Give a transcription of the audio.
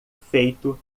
feito